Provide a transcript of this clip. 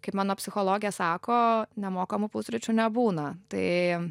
kaip mano psichologė sako nemokamų pusryčių nebūna tai